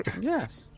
Yes